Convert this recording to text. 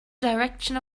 direction